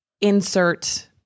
insert